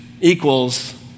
equals